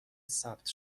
ثبت